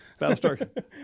Battlestar